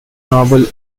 noble